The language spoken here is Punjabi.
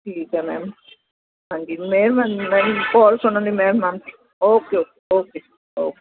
ਠੀਕ ਹੈ ਮੈਮ ਹਾਂਜੀ ਮਿਹਰਬਾਨੀ ਮੈਮ ਕੋਲ ਸੁਣਨ ਲਈ ਮਿਹਰਬਾਨੀ ਓਕੇ ਓਕੇ ਓਕੇ